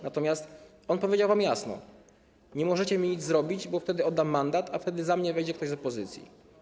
Natomiast on powiedział wam jasno: nie możecie mi nic zrobić, bo wtedy oddam mandat, a wtedy za mnie wejdzie ktoś z opozycji.